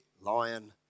lion